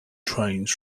trains